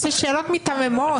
איזה שאלות מיתממות.